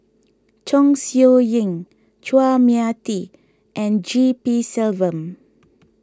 Chong Siew Ying Chua Mia Tee and G P Selvam